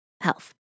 health